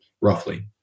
roughly